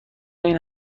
این